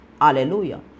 Hallelujah